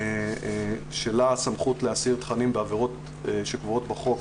לה הסמכות להסיר תכנים בעבירות שקבועות בחוק